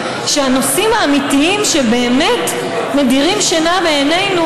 שהנושאים האמיתיים שבאמת מדירים שינה מעינינו,